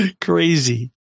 crazy